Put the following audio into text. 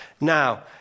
Now